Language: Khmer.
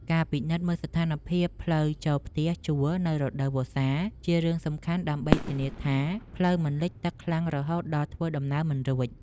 ការពិនិត្យមើលស្ថានភាពផ្លូវចូលផ្ទះជួលនៅរដូវវស្សាជារឿងសំខាន់ដើម្បីធានាថាផ្លូវមិនលិចទឹកខ្លាំងរហូតដល់ធ្វើដំណើរមិនរួច។